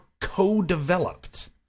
co-developed